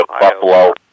Buffalo